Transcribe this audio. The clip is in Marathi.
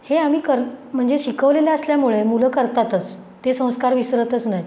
हे आम्ही कर म्हणजे शिकवलेले असल्यामुळे मुलं करतातच ते संस्कार विसरतच नाहीत